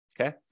okay